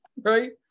right